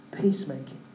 peacemaking